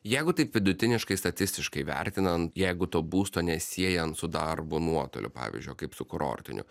jeigu taip vidutiniškai statistiškai vertinant jeigu to būsto nesiejant su darbu nuotoliu pavyzdžiui kaip su kurortiniu